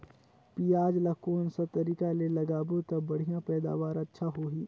पियाज ला कोन सा तरीका ले लगाबो ता बढ़िया पैदावार अच्छा होही?